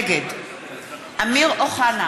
נגד אמיר אוחנה,